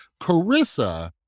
carissa